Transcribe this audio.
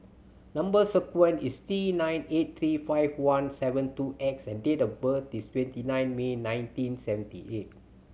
number sequence is T nine eight three five one seven two X and date of birth is twenty nine May nineteen seventy eight